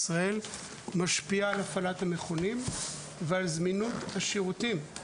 ישראל משפיע על הפעלת המכונים ועל זמינות השירותים.